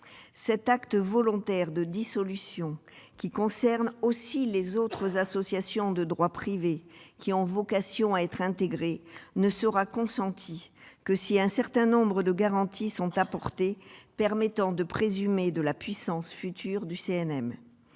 Cet acte de dissolution volontaire, qui concerne aussi les autres associations de droit privé ayant vocation à être intégrées au CNM, ne sera consenti que si un certain nombre de garanties sont apportées, permettant de présumer la puissance future du CNM.